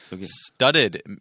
Studded